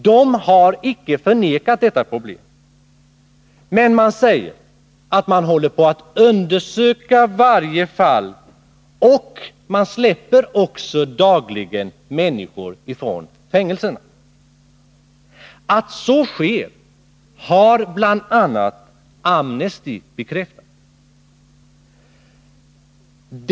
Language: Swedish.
De har inte förnekat det, men de säger att man håller på att undersöka varje enskilt fall. Dagligen släpps också människor från fängelserna. Att så sker har bl.a. Amnesty bekräftat.